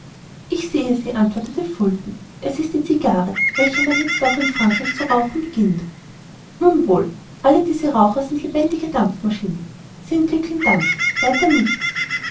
ich sehe sie antwortete fulton es ist die cigarre welche man jetzt auch in frankreich zu rauchen beginnt nun wohl alle diese raucher sind lebendige dampfmaschinen sie entwickeln dampf weiter nichts